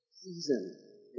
season